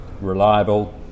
reliable